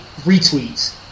retweets